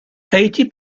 eighty